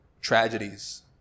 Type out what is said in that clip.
tragedies